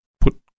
Put